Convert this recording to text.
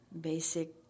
basic